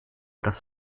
das